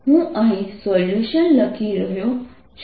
તેથી હું અહીં સોલ્યુશન લખી રહ્યો છું